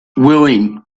willing